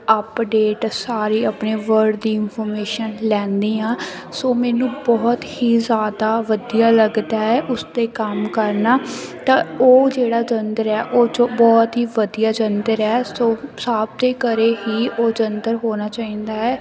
update ਸਾਰੇ ਆਪਣੇ world ਦੀ ਇਨਫੋਰਮੇਸ਼ਨ ਲੈਂਦੀ ਹਾਂ ਸੋ ਮੈਨੂੰ ਬਹੁਤ ਹੀ ਜ਼ਿਆਦਾ ਵਧੀਆ ਲੱਗਦਾ ਹੈ ਉਸ 'ਤੇ ਕੰਮ ਕਰਨਾ ਤਾਂ ਉਹ ਜਿਹੜਾ ਯੰਤਰ ਆ ਉਹ ਜੋ ਬਹੁਤ ਹੀ ਵਧੀਆ ਯੰਤਰ ਹੈ ਸੋ ਸਭ ਦੇ ਘਰ ਹੀ ਉਹ ਯੰਤਰ ਹੋਣਾ ਚਾਹੀਦਾ ਹੈ